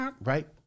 Right